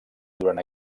durant